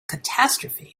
catastrophe